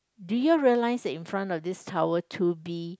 did you realise that in front of this tower two B